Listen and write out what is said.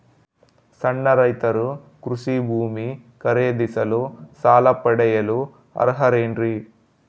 ಸಣ್ಣ ರೈತರು ಕೃಷಿ ಭೂಮಿ ಖರೇದಿಸಲು ಸಾಲ ಪಡೆಯಲು ಅರ್ಹರೇನ್ರಿ?